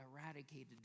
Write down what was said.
eradicated